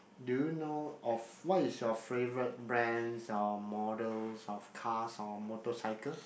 do you know of what's your favourite brands or models of cars or motorcycles